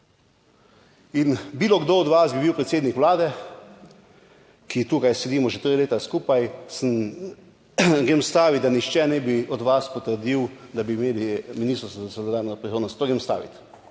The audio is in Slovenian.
In bilo kdo od vas bi bil predsednik Vlade, ki tukaj sedimo že tri leta skupaj, sem, grem stavit, da nihče ne bi od vas potrdil, da bi imeli Ministrstvo za solidarno prijavnost, to grem stavit.